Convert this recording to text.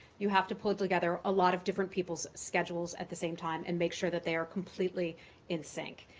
you have to pull together a lot of different people's schedules at the same time, and make sure that they are completely in sync.